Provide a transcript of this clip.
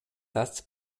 das